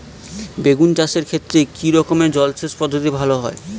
বেগুন চাষের ক্ষেত্রে কি রকমের জলসেচ পদ্ধতি ভালো হয়?